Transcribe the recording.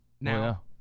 now